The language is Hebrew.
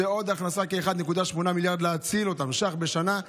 זאת עוד הכנסה של כ-1.8 מיליארד שקל בשנה,